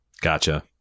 Gotcha